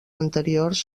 anteriors